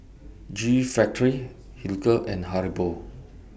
G Factory Hilker and Haribo